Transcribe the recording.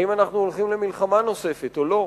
האם אנחנו הולכים למלחמה נוספת או לא.